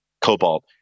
Cobalt